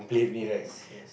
yes yes